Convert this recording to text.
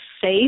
safe